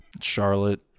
Charlotte